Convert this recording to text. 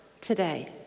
today